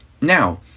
Now